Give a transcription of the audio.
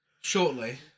Shortly